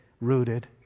rooted